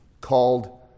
called